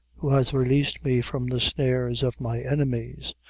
who has released me from the snares of my enemies,